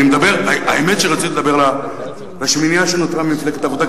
האמת שרציתי לדבר לשמינייה שנותרה ממפלגת העבודה,